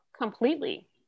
Completely